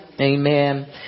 Amen